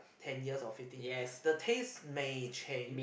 ten years or fifteen year the taste may change